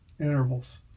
intervals